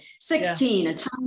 16